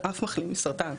שאף מחלים מסרטן,